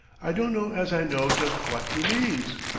i dunno as i know just wot you means.